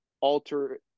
alter